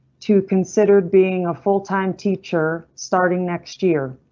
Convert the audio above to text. two considered being a full time teacher starting next year.